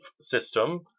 system